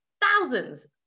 thousands